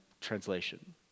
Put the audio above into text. translation